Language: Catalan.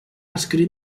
escrit